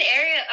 area